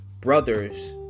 brother's